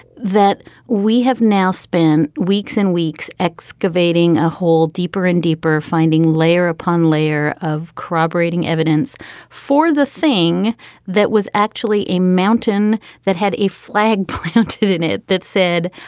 that we have now spend weeks and weeks excavating a hole deeper and deeper, finding layer upon layer of corroborating evidence for the thing that was actually a mountain that had a flag planted in it. that said,